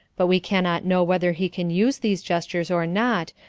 but we cannot know whether he can use these gestures or not,